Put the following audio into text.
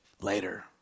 later